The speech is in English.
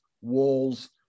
Walls